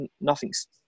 nothing's